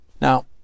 now